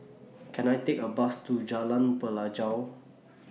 Can I Take A Bus to Jalan Pelajau